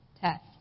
test